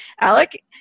Alec